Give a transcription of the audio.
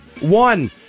One